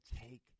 take